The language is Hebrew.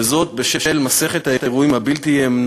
וזאת בשל מסכת האירועים הבלתי-תיאמן